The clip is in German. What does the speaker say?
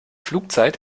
flugzeit